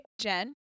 Jen